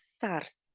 SARS